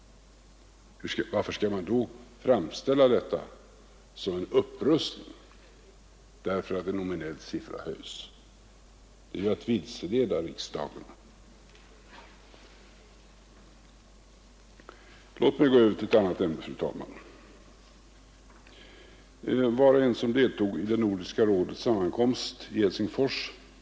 Varför skall man då framställa detta som en upprustning bara på grund av att en nominell siffra höjs? Det är ju att vilseleda riksdagen. Låt mig gå över till ett annat ämne, fru talman.